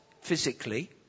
physically